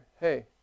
hey